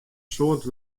soad